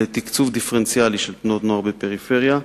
לתקצוב דיפרנציאלי של תנועות נוער בפריפריה,